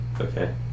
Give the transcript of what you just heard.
Okay